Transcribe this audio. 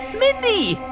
mindy.